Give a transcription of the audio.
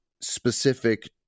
specific